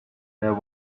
there